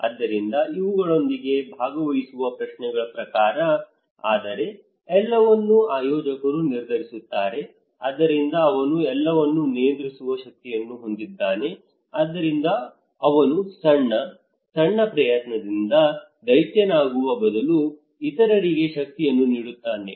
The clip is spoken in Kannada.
ಆದ್ದರಿಂದ ಇವುಗಳೊಂದಿಗೆ ಭಾಗವಹಿಸುವ ಪ್ರಶ್ನೆಗಳ ಪ್ರಕಾರ ಆದರೆ ಎಲ್ಲವನ್ನೂ ಆಯೋಜಕರು ನಿರ್ಧರಿಸುತ್ತಾರೆ ಆದ್ದರಿಂದ ಅವನು ಎಲ್ಲವನ್ನೂ ನಿಯಂತ್ರಿಸುವ ಶಕ್ತಿಯನ್ನು ಹೊಂದಿದ್ದಾನೆ ಆದ್ದರಿಂದ ಅವನು ಸಣ್ಣ ಸಣ್ಣ ಪ್ರಯತ್ನದಿಂದ ದೈತ್ಯನಾಗುವ ಬದಲು ಇತರರಿಗೆ ಶಕ್ತಿಯನ್ನು ನೀಡುತ್ತಾನೆ